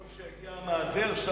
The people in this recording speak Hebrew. אומרים שגם העדר,